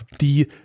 die